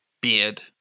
beard